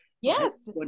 yes